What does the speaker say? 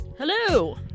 Hello